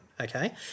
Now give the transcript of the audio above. okay